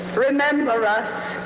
remember us